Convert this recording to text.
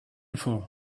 for